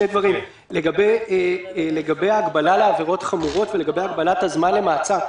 לגבי ההגבלה לעבירות חמורות ולגבי הגבלת הזמן למעצר.